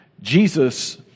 Jesus